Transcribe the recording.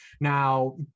Now